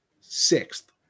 sixth